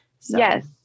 Yes